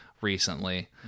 recently